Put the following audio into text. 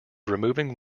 removing